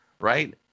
right